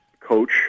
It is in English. coach